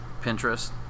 Pinterest